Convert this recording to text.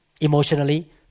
Emotionally